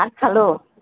ভাত খালোঁ